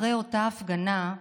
אחרי אותה הפגנה,